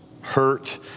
hurt